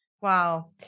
Wow